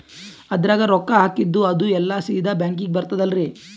ಅದ್ರಗ ರೊಕ್ಕ ಹಾಕಿದ್ದು ಅದು ಎಲ್ಲಾ ಸೀದಾ ಬ್ಯಾಂಕಿಗಿ ಬರ್ತದಲ್ರಿ?